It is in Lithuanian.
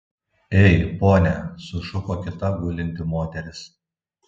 ei pone sušuko kita gulinti moteris